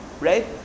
right